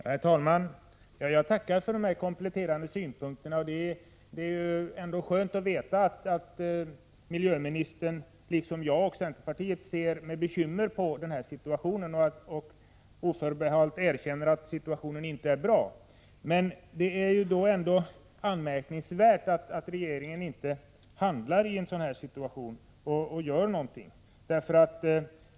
Herr talman! Jag tackar för de kompletterande synpunkterna. Det är ändå skönt att veta att miljöministern liksom jag och centerpartiet ser med bekymmer på situationen och oförbehållsamt erkänner att den inte är bra. Men det är ändå anmärkningsvärt att regeringen i det läget inte gör någonting.